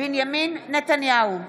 בנימין נתניהו,